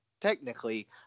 technically